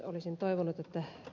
olisin toivonut että ed